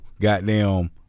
goddamn